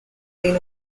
been